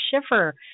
Schiffer